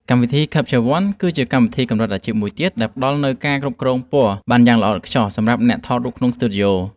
កម្មវិធី ខាប់ឈ័រ វ័ន គឺជាកម្មវិធីកម្រិតអាជីពមួយទៀតដែលផ្តល់នូវការគ្រប់គ្រងពណ៌បានយ៉ាងល្អឥតខ្ចោះសម្រាប់អ្នកថតរូបក្នុងស្ទូឌីយោ។